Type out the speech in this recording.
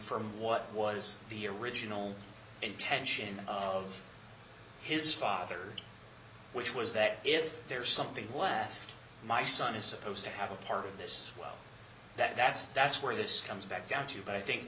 from what was the original intention of his father which was that if there's something where my son is supposed to have a part of this well that's that's where this comes back down to but i think